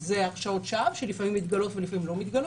זה הרשעות שווא שלפעמים מתגלות ולפעמים לא מתגלות.